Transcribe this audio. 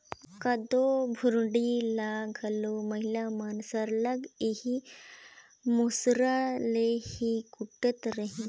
कोदो भुरडी ल घलो महिला मन सरलग एही मूसर ले ही कूटत रहिन